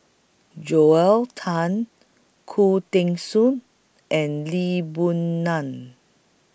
Joel Tan Khoo Teng Soon and Lee Boon Ngan